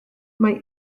mae